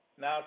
Now